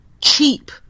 cheap